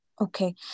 Okay